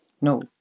No